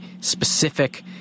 specific